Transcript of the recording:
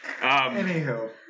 Anywho